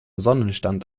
sonnenstand